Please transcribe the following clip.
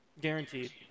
guaranteed